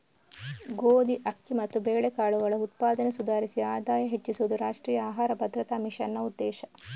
ಗೋಧಿ, ಅಕ್ಕಿ ಮತ್ತು ಬೇಳೆಕಾಳುಗಳ ಉತ್ಪಾದನೆ ಸುಧಾರಿಸಿ ಆದಾಯ ಹೆಚ್ಚಿಸುದು ರಾಷ್ಟ್ರೀಯ ಆಹಾರ ಭದ್ರತಾ ಮಿಷನ್ನ ಉದ್ದೇಶ